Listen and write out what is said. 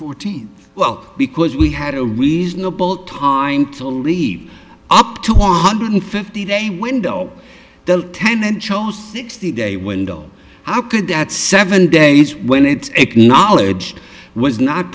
fourteen well because we had a reasonable time to leave up two hundred fifty day window the tenant chose sixty day window how could that seven days when it's acknowledged was not